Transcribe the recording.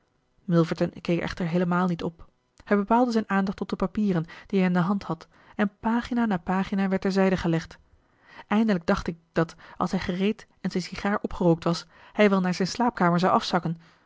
milverton keek echter heelemaal niet op hij bepaalde zijn aandacht tot de papieren die hij in de hand had en pagina na pagina werd ter zijde gelegd eindelijk dacht ik dat als hij gereed en zijn sigaar opgerookt was hij wel naar zijn slaapkamer zou afzakken